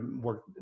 work